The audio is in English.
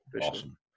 awesome